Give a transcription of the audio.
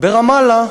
שברמאללה